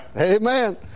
Amen